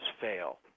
fail